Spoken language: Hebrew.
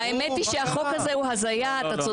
האמת היא שהחוק הזה הוא הזיה, אתה צודק.